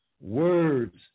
words